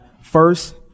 first